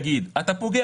קיימת.